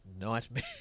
nightmare